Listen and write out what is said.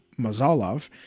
Mazalov